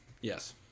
Yes